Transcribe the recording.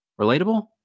Relatable